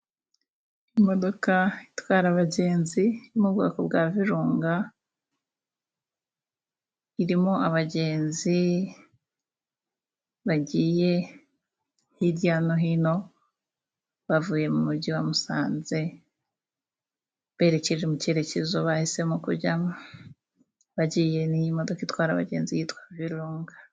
Imodoka itwara abagenzi yo mu bwoko bwa virunga irimo abagenzi bagiye hirya no hino bavuye mu mujyi wa Musanze berekeje mu cyerekezo bahisemo kujyamo . Bagiye n'iyi modoka itwara abagenzi yitwa virunga.